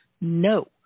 No